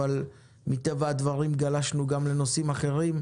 אבל מטבע הדברים גלשנו גם לנושאים אחרים.